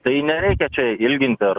tai nereikia čia ilginti ar